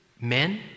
men